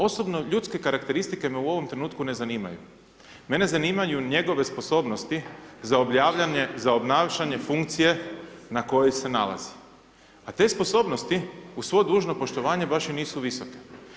Osobno ljudske karakteristike me u ovom trenutku ne zanimaju, mene zanimaju njegove sposobnosti za obnašanje funkcije na kojoj se nalazi, a te sposobnosti uz svo dužno poštovanje baš i nisu visoke.